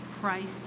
Christ